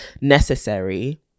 necessary